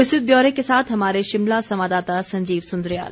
विस्तृत ब्यौरे के साथ हमारे शिमला संवाददाता संजीव सुन्द्रियाल